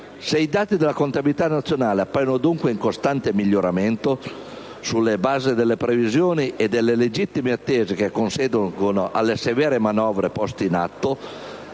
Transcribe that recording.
Se i dati della contabilità nazionale appaiono dunque in costante miglioramento, sulla base delle previsioni e delle legittime attese che conseguono alle severe manovre poste in atto